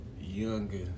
younger